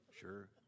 Sure